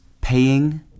paying